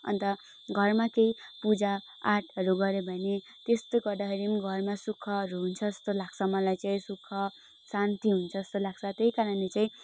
अन्त घरमा केही पूजापाटहरू गरे भने त्यस्तो गर्दाखेरि पनि घरमा सुखहरू हुन्छ जस्तो लाग्छ मलाई चाहिँ सुख शान्ति हुन्छ जस्तो लाग्स त्यही कारणले चाहिँ